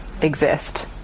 exist